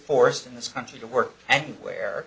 forced in this country to work and where